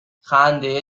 خنده